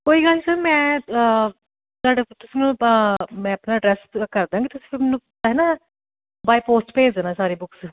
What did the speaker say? ਕੋਈ ਗੱਲ ਨਹੀਂ ਸਰ ਮੈਂ ਪਰਸਨਲ ਪ ਮੈਂ ਆਪਣਾ ਐਡਰੈਸ ਕਰਦਾਂਗੀ ਤੁਸੀਂ ਫ਼ਿਰ ਮੈਨੂੰ ਹੈ ਨਾ ਬਾਏ ਪੋਸਟ ਭੇਜ ਦੇਣਾ ਸਾਰੇ ਬੁਕਸ